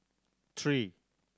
three